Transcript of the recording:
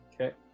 Okay